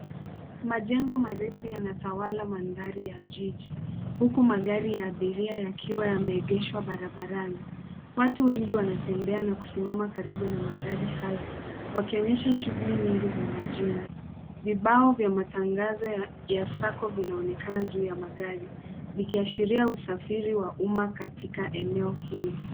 Majengo marefu yanatawala mandhari ya jiji huku magari ya abiria yakiwa yameegeshwa barabarani. Watu wengi wanatembea na kusimama karibu na magari hayo wakionyesha shughuli nyingi za mijini. Vibao vya matangazo ya sacco vinaonekana juu ya magari vikiashiria usafiri wa umma katika eneo hilo.